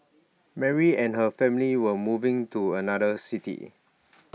Mary and her family were moving to another city